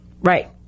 Right